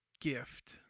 gift